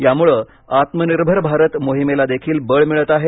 यामुळे आत्मनिर्भर भारत मोहिमेला देखील बळ मिळत आहे